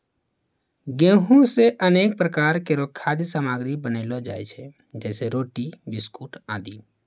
गेंहू सें अनेक प्रकार केरो खाद्य सामग्री बनैलो जाय छै जैसें रोटी, बिस्कुट आदि